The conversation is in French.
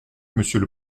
monsieur